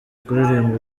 kuririmba